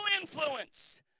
influence